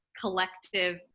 collective